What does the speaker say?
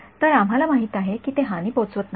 तर आम्हाला माहित आहे की ते हानी पोहोचवत नाहीत